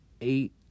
eight